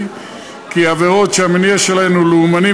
כי עבירות שהמניע שלהן הוא לאומני,